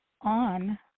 on